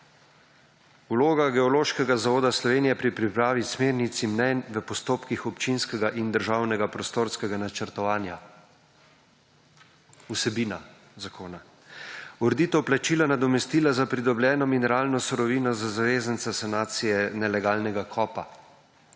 Vloga Geološkega zavoda Slovenije pri pripravi smernic in mnenj v postopkih občinskega in državnega prostorskega načrtovanja vsebina zakona. Ureditev plačila nadomestila za pridobljeno mineralno vsebino za zavezanca sanacije nelegalnega kopa.